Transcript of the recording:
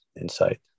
insight